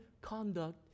conduct